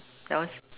yours